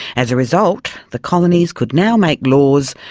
as a result, the colonies could now make laws,